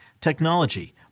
technology